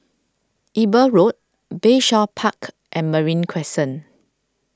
Eber Road Bayshore Park and Marine Crescent